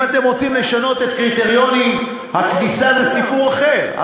אם אתם רוצים לשנות קריטריונים זה סיפור אחר,